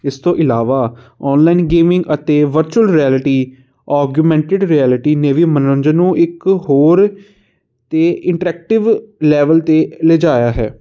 ਇਸ ਤੋਂ ਇਲਾਵਾ ਔਨਲਾਈਨ ਗੇਮਿੰਗ ਅਤੇ ਵਰਚੁਅਲ ਰਿਆਲਿਟੀ ਔਗੁਮੈਂਟਡ ਰਿਐਲਿਟੀ ਨੇ ਵੀ ਮਨੋਰੰਜਨ ਨੂੰ ਇੱਕ ਹੋਰ ਅਤੇ ਇੰਟਰੈਕਟਿਵ ਲੈਵਲ 'ਤੇ ਲਿਜਾਇਆ ਹੈ